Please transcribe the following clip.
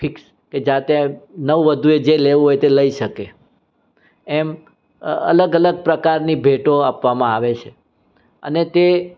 fix કે જાતે નવ વધુએ જે લેવું હોય તે લઈ શકે એમ અલગ અલગ પ્રકારની ભેટો આપવામાં આવે છે અને તે